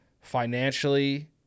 financially